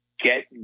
get